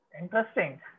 Interesting